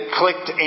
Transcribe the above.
clicked